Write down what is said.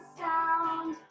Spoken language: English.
sound